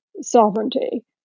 sovereignty